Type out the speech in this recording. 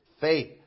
faith